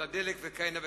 על הדלק וכהנה וכהנה.